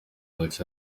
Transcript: gace